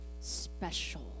special